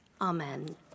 Amen